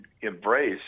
embrace